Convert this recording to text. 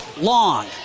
Long